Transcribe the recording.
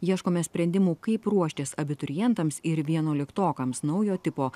ieškome sprendimų kaip ruoštis abiturientams ir vienuoliktokams naujo tipo